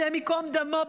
השם ייקום דמו,